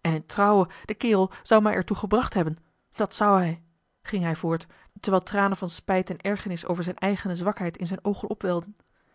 en in trouwe de kerel zou mij er toe gebracht hebben dat zou hij ging hij voort terwijl tranen van spijt en ergernis over zijne eigene zwakheid in zijne oogen opwelden